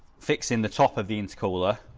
fixing the top of the intercooler